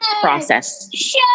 process